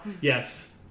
Yes